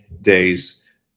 days